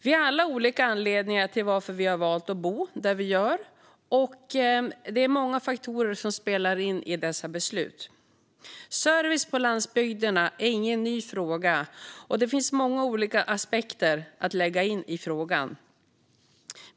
Vi har alla olika anledningar till att vi har valt att bo där vi gör, och det är många faktorer som spelar roll för dessa beslut. Service på landsbygden är ingen ny fråga, och det finns många olika aspekter att lägga in i frågan.